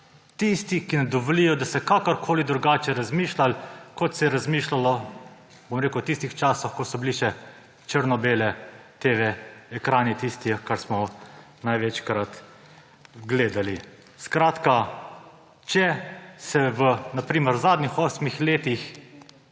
Tisti, ki ne dovolijo, da se kakorkoli drugače razmišlja, kot se je razmišljalo, bom rekel v tistih časih, ko so bili še črno beli TV-ekrani, tisto, kar smo največkrat gledali. Skratka, če se v na primer zadnjih osmih letih